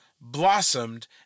blossomed